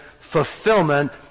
fulfillment